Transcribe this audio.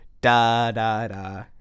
da-da-da